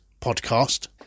podcast